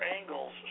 angles